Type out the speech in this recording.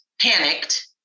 panicked